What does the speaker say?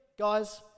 guys